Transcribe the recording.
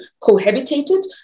cohabitated